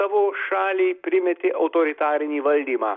savo šaliai primetė autoritarinį valdymą